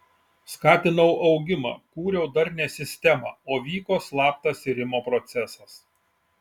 skatinau augimą kūriau darnią sistemą o vyko slaptas irimo procesas